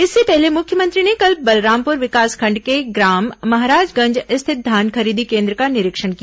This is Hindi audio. इससे पहले मुख्यमंत्री ने कल बलरामपुर विकासखंड के ग्राम महाराजगंज स्थित धान खरीदी केन्द्र का निरीक्षण किया